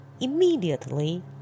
immediately